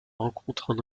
rencontrent